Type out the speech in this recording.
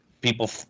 people